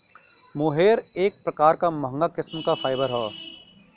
मोहेर एक प्रकार क महंगा किस्म क फाइबर हौ